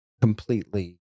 completely